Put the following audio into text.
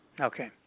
Okay